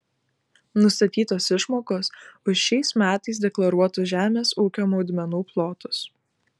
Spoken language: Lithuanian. nustatytos išmokos už šiais metais deklaruotus žemės ūkio naudmenų plotus